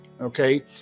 Okay